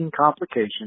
complications